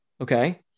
Okay